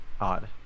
Odd